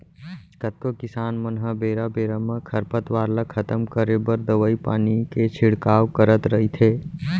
कतको किसान मन ह बेरा बेरा म खरपतवार ल खतम करे बर दवई पानी के छिड़काव करत रइथे